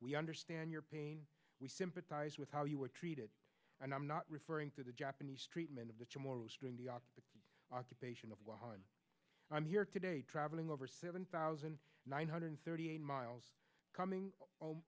we understand your pain we sympathize with how you were treated and i'm not referring to the japanese treatment of the chamorro string the op the occupation of one i'm here today travelling over seven thousand nine hundred thirty eight miles coming home